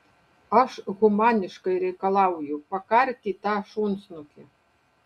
aš humaniškai reikalauju pakarti tą šunsnukį